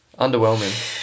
Underwhelming